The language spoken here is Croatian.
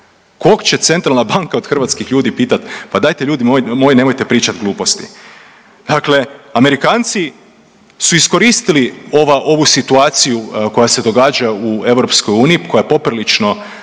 kog će centralna banka od hrvatskih ljudi pitat, pa dajte ljudi moji nemojte pričat gluposti. Dakle, Amerikanci su iskoristili ova, ovu situaciju koja se događa u EU, koja je poprilično